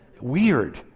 weird